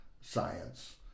science